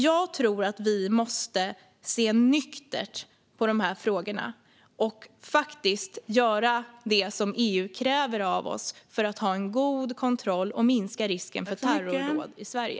Jag tror att vi måste se nyktert på de frågorna och göra det som EU kräver av oss för att ha en god kontroll och minska risken för terrordåd i Sverige.